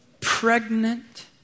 pregnant